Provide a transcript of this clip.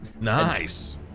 Nice